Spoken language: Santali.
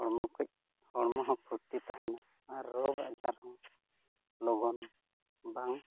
ᱦᱚᱲᱢᱚ ᱠᱚ ᱦᱚᱲᱢᱚ ᱦᱚᱸ ᱯᱷᱩᱨᱛᱤ ᱛᱟᱦᱮᱱᱟ ᱟᱨ ᱨᱳᱜ ᱟᱡᱟᱨ ᱦᱚᱸ ᱞᱚᱜᱚᱱ ᱵᱟᱝ